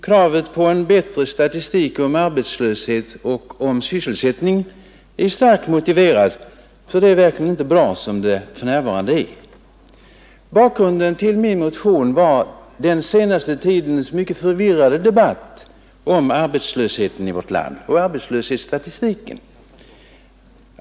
Kravet på en bättre statistik om arbetslöshet och sysselsättning är starkt motiverat, för det är verkligen inte bra som det nu är. Bakgrunden till min motion var den senaste tidens mycket förvirrade debatt om arbetslöshetsstatistiken.